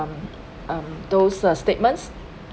um um those uh statements